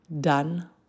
done